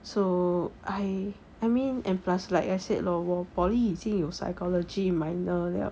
so I I mean and plus like I said lor 我 poly 已经有 psychology minor 了